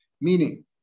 meaning